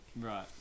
Right